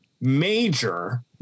major